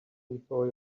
before